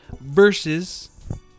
versus